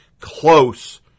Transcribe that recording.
close